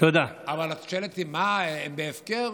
אבל את שואלת אותי: הם בהפקר?